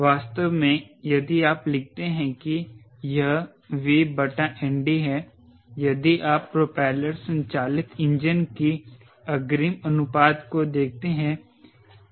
वास्तव में यदि आप लिखते हैं कि यह V बटा nd है यदि आप प्रोपेलर संचालित इंजन कि अग्रिम अनुपात को देखते हैं